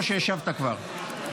או שהשבת כבר?